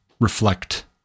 reflect